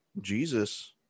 Jesus